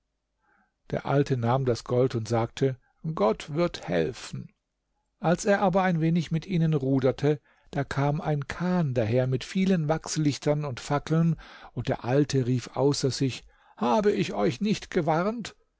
der alte nahm das gold und sagte gott wird helfen als er aber ein wenig mit ihnen ruderte da kam ein kahn daher mit vielen wachslichtern und fackeln und der alte rief außer sich habe ich euch nicht gewarnt